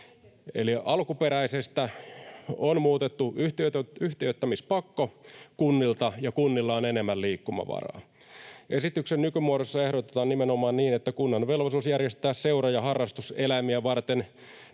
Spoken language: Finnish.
Eli alkuperäisestä on muutettu yhtiöittämispakko kunnilta, ja kunnilla on enemmän liikkumavaraa. Esityksen nykymuodossa ehdotetaan nimenomaan niin, että kunnan velvollisuus järjestää seura- ja harrastuseläimiä varten